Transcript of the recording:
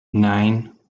nine